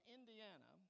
Indiana